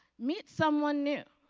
meet someone new.